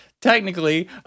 technically